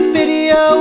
video